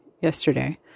yesterday